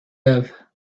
have